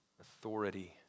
authority